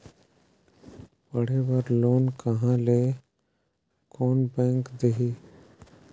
पढ़े बर लोन कहा ली? कोन बैंक देही?